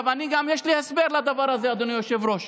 יש לי הסבר לדבר הזה, אדוני היושב-ראש.